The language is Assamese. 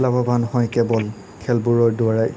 লাভৱান হয় কেৱল খেলবোৰৰ দ্বাৰাই